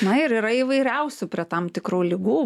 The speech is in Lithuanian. na ir yra įvairiausių prie tam tikrų ligų